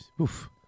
oof